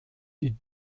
die